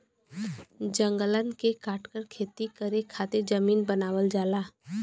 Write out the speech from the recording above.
जंगलन के काटकर खेती करे खातिर जमीन बनावल जाला